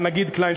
הנגיד קליין,